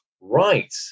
right